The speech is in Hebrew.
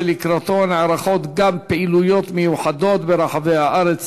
שלקראתו נערכות גם פעילויות מיוחדות ברחבי הארץ